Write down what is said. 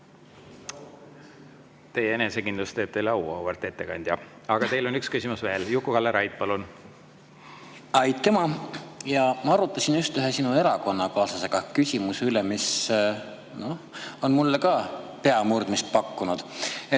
Teie enesekindlus teeb teile au, auväärt ettekandja. Aga teile on üks küsimus veel. Juku-Kalle Raid, palun! Aitüma! Ma arutasin just ühe sinu erakonnakaaslasega küsimuse üle, mis on mulle ka peamurdmist pakkunud.